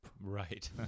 right